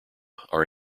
are